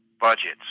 budgets